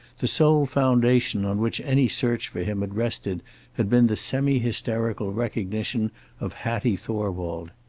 the sole foundation on which any search for him had rested had been the semi-hysterical recognition of hattie thorwald.